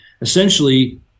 Essentially